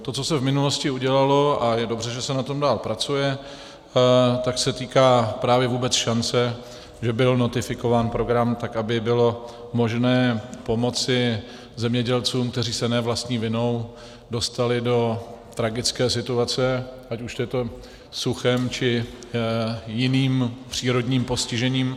To, co se v minulosti udělalo a je dobře, že se na tom dál pracuje se týká právě vůbec šance, že byl notifikován program tak, aby bylo možné pomoci zemědělcům, kteří se ne vlastní vinou dostali do tragické situace, ať už je to suchem, či jiným přírodním postižením.